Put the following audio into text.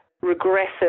regressive